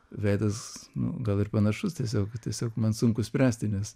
veidas nu gal ir panašus tiesiog tiesiog man sunku spręsti nes